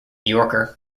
yorker